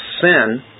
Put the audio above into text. sin